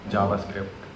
JavaScript